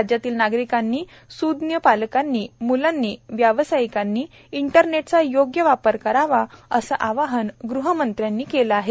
राज्यातील नागरिकांनी सूज्ञ पालकांनी मुलांनी व्यावसायिकांनी इंटरनेटचा योग्य वापर करावा असे आवाहन गृहमंत्र्यांनी केले आहे